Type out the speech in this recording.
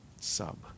sub